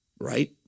Right